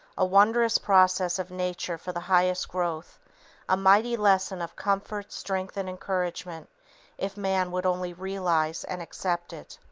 a wondrous process of nature for the highest growth a mighty lesson of comfort, strength, and encouragement if man would only realize and accept it.